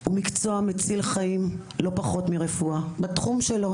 הוא מקצוע מציל חיים לא פחות מרפואה בתחום שלו.